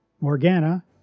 Morgana